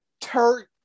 turk